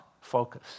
focus